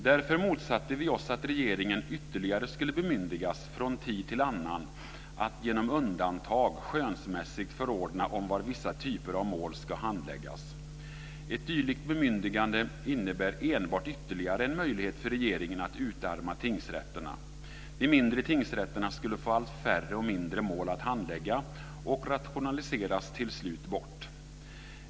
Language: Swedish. Därför motsätter vi oss att regeringen ytterligare bemyndigas att från tid till annan genom undantag skönsmässigt förordna om var vissa typer av mål ska handläggas. Ett dylikt bemyndigande innebär enbart ytterligare en möjlighet för regeringen att utarma tingsrätterna. De mindre tingsrätterna skulle få allt färre och allt mindre mål att handlägga och till slut rationaliseras bort.